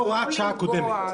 אל מה שהיה לפני הוראת השעה הקודמת.